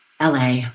LA